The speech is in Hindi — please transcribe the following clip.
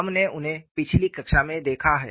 हमने उन्हें पिछली कक्षा में देखा है